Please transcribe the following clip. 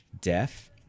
death